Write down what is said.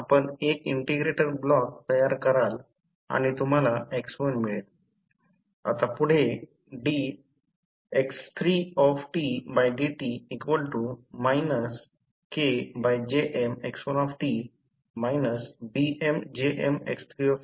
म्हणून कदाचित auto transformer चे घनफळ हे साधारणतः 1 115 138 2 विंडिंग ट्रान्सफॉर्मर चा घनफळा इतके असते म्हणूनच ऑटो ट्रान्सफॉर्मर घनफळ 2 विंडिंग सह 0